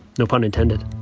no pun intended